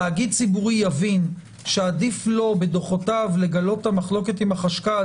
תאגיד ציבורי יבין שעדיף לו בדוחותיו לגלות את המחלוקת עם החשכ"ל